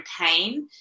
pain